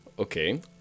Okay